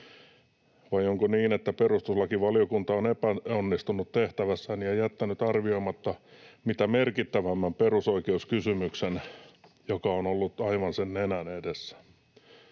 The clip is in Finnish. Vai onko niin, että perustuslakivaliokunta on epäonnistunut tehtävässään ja jättänyt arvioimatta mitä merkittävimmän perusoikeuskysymyksen, joka on ollut aivan sen nenän edessä?